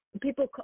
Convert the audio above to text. people